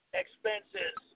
expenses